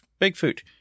Bigfoot